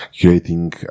creating